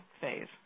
phase